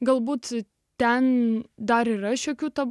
galbūt ten dar yra šiokių tokių